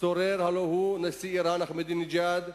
הלוא הוא נשיא אירן אחמדינג'אד,